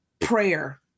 prayer